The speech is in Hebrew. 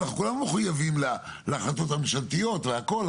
כולנו מחויבים להחלטות הממשלתיות והכול,